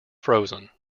frozen